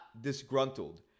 disgruntled